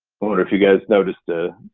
but wonder if you guys noticed, ah